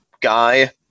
guy